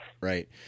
Right